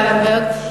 שלומית לבנברג.